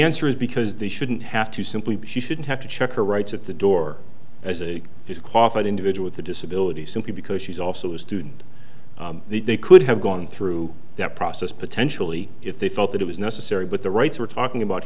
answer is because they shouldn't have to simply because you shouldn't have to check her rights at the door as a qualified individual to disability simply because she's also a student the they could have gone through that process potentially if they felt that it was necessary but the rights we're talking about